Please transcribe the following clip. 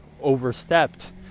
overstepped